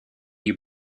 you